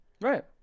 Right